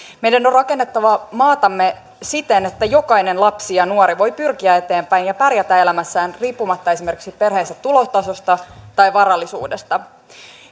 meidän on rakennettava maatamme siten että jokainen lapsi ja nuori voi pyrkiä eteenpäin ja pärjätä elämässään riippumatta esimerkiksi perheensä tulotasosta tai varallisuudesta